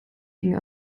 ginge